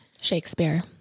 Shakespeare